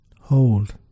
hold